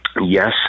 yes